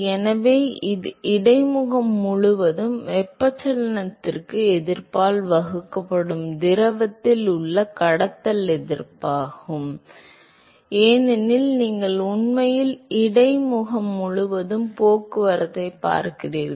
எனவே இது இடைமுகம் முழுவதும் வெப்பச்சலனத்திற்கு எதிர்ப்பால் வகுக்கப்படும் திரவத்தில் உள்ள கடத்தல் எதிர்ப்பாகும் ஏனெனில் நீங்கள் உண்மையில் இடைமுகம் முழுவதும் போக்குவரத்தைப் பார்க்கிறீர்கள்